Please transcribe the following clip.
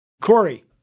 Corey